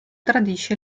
tradisce